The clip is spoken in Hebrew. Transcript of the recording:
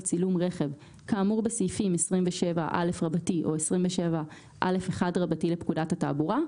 צילום רכב כאמור בסעיפים 27א או 27א1 לפקודת התעבורה,